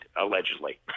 allegedly